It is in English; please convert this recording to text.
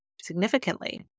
significantly